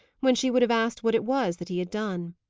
when she would have asked what it was that he had done.